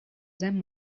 them